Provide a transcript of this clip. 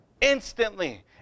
instantly